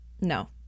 no